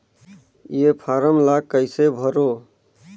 ये फारम ला कइसे भरो?